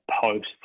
Post